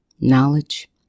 Knowledge